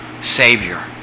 Savior